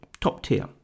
top-tier